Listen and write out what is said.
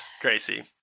Gracie